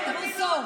בל תהיה טפילות.